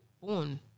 born